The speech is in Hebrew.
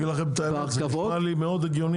אני אגיד לכם את האמת זה נשמע לי מאוד הגיוני.